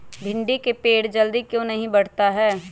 भिंडी का पेड़ जल्दी क्यों नहीं बढ़ता हैं?